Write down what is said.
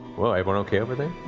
everyone okay over there?